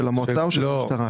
של המועצה או של המשטרה?